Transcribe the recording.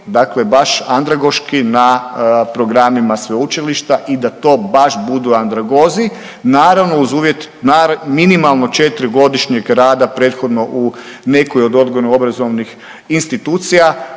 dakle baš andragoški na programima sveučilišta i da to baš budu andragozi naravno uz uvjet minimalno 4 godišnjeg rada prethodno u nekoj od odgojno-obrazovnih institucija